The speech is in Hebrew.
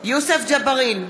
יוסף ג'בארין,